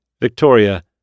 Victoria